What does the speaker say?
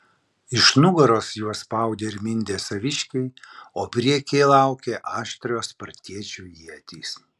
iš nugaros juos spaudė ir mindė saviškiai o priekyje laukė aštrios spartiečių ietys